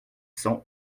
cent